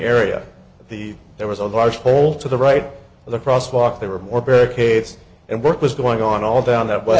area the there was a large hole to the right of the crosswalk there were more barricades and work was going on all down that wa